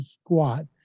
squat